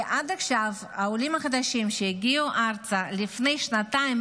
כי העולים החדשים שהגיעו ארצה לפני שנתיים